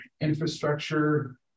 infrastructure